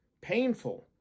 painful